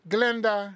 Glenda